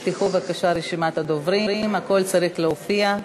בבקשה, אדוני.